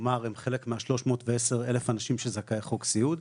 כלומר הם חלק מה- 310,000 אנשים שזכאים לחוק סיעוד.